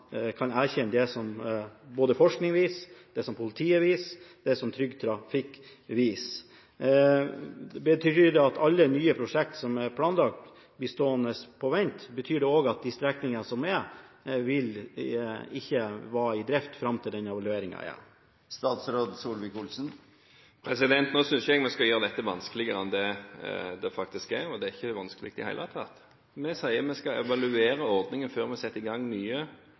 kan erkjenne det som både forskning viser, det som politiet viser, og det som Trygg Trafikk viser. Betyr det at alle nye prosjekt som er planlagt, blir stående på vent? Betyr det også at de strekningene som er, ikke vil være i drift fram til denne evalueringen er gjort? Jeg synes ikke at man skal gjøre dette vanskeligere enn det faktisk er, og det er ikke vanskelig i det hele tatt. Vi sier at vi skal evaluere ordningen før vi setter i gang nye